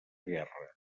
guerra